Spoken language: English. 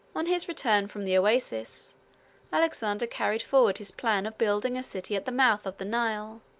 on his return from the oasis alexander carried forward his plan of building a city at the mouth of the nile.